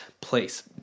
place